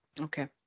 okay